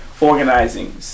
organizing